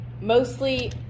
mostly